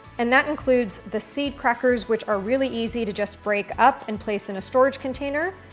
and that includes the seed crackers, which are really easy to just break up and place in a storage container,